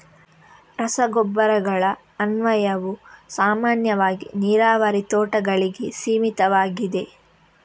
ರಸಗೊಬ್ಬರಗಳ ಅನ್ವಯವು ಸಾಮಾನ್ಯವಾಗಿ ನೀರಾವರಿ ತೋಟಗಳಿಗೆ ಸೀಮಿತವಾಗಿದೆ